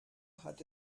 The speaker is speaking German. hat